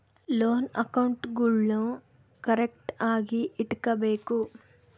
loan ಅಕೌಂಟ್ಗುಳ್ನೂ ಕರೆಕ್ಟ್ಆಗಿ ಇಟಗಬೇಕು